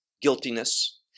guiltiness